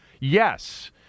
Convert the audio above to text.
yes